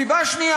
סיבה שנייה,